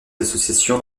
associations